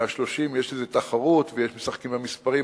130 יש איזה תחרות ומשחקים עם המספרים.